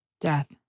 death